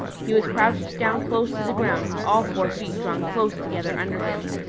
he was crouched down close to the ground with all four feet drawn close together under him.